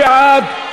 מי בעד?